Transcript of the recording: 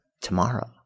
tomorrow